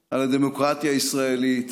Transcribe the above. על הדמוקרטיה הישראלית,